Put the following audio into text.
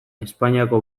espainiako